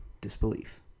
disbelief